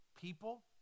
people